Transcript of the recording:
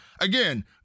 again